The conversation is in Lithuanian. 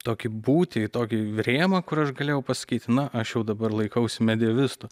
tokį būtį į tokį rėmą kur aš galėjau pasakyti na aš jau dabar laikausi medievistų